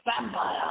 Vampire